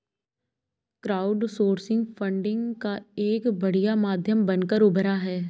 crowdsourcing funding का एक बढ़िया माध्यम बनकर उभरा है